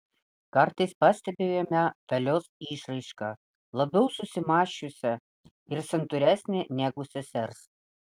kartais pastebiu jame dalios išraišką labiau susimąsčiusią ir santūresnę negu sesers